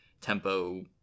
tempo